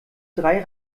drei